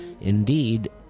indeed